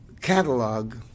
catalog